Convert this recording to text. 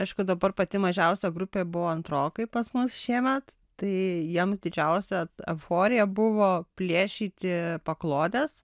aišku dabar pati mažiausia grupė buvo antrokai pas mus šiemet tai jiems didžiausia euforija buvo plėšyti paklodes